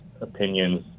opinion's